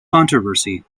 controversy